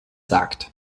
sagt